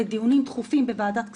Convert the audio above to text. לדיונים דחופים בוועדת כספים,